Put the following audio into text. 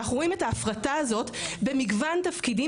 ואנחנו רואים את ההפרטה הזאת במגוון תפקידים,